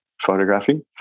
photographing